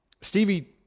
stevie